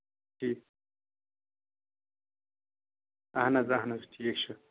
ٹھیٖک اَہن حظ اَہن حظ ٹھیٖک چھُ